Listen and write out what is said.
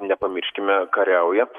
nepamirškime kariauja